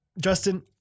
Justin